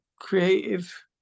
creative